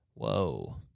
Whoa